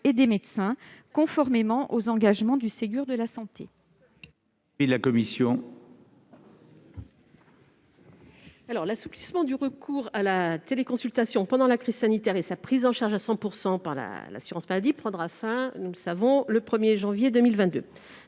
et des médecins, conformément aux engagements du Ségur de la santé.